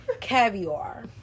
caviar